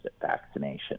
vaccination